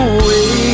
Away